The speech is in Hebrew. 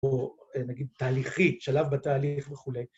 או נגיד תהליכית, שלב בתהליך וכולי.